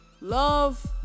Love